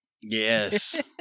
Yes